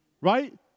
Right